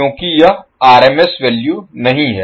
क्योंकि यह RMS value नहीं है